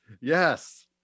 Yes